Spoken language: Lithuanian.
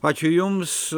ačiū jums